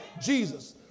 Jesus